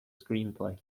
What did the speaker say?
screenplay